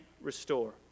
restore